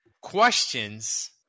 questions